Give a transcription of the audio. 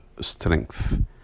strength